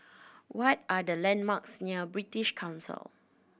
what are the landmarks near British Council